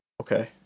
Okay